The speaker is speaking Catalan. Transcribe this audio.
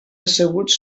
asseguts